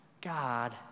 God